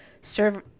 serve